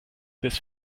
this